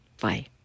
Bye